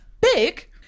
big